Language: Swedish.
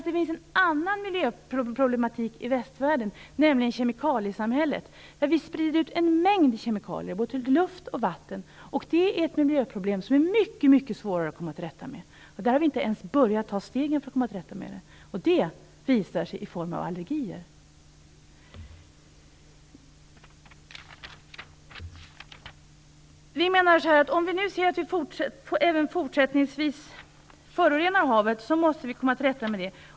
Det finns en annan miljöproblematik i västvärlden, nämligen kemikaliesamhället. Vi sprider ut en mängd kemikalier både till luft och vatten. Det är ett miljöproblem som är mycket svårare att komma till rätta med. Vi har inte ens tagit första steget för att komma till rätta med det. Det visar sig i form av allergier. Om vi ser att vi även fortsättningsvis förorenar havet måste vi komma till rätta med det.